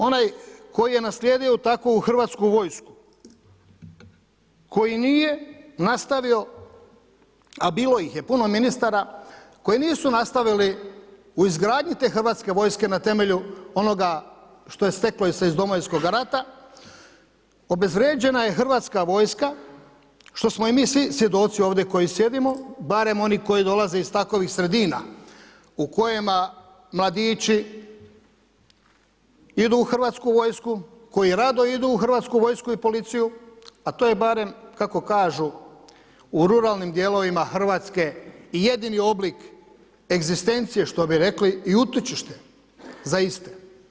Onaj koji je naslijedio takvu Hrvatsku vojsku, koji nije nastavio a bilo ih je puno ministara koji nisu nastavili u izgradnji te Hrvatske vojske na temelju onoga što je steklo se iz Domovinskoga rata obezvrijeđena je Hrvatska vojska što smo i mi svi svjedoci ovdje koji sjedimo, barem oni koji dolaze iz takovih sredina u kojima mladići idu u Hrvatsku vojsku, koji rado idu u Hrvatsku vojsku i policiju, a to je barem kako kaže u ruralnim dijelovima Hrvatske jedini oblik egzistencije što bi rekli i utočište za iste.